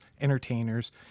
entertainers